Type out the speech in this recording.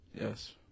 Yes